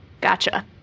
Gotcha